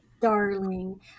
Darling